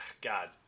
God